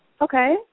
Okay